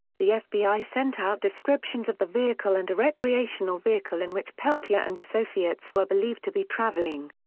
the fbi sent out descriptions of the vehicle and a recreational vehicle in which peltier and associates were believed to be traveling.